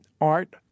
Art